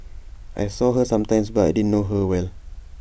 I saw her sometimes but I didn't know her well